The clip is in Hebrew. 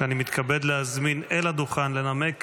שאני מתכבד להזמין אל הדוכן לנמק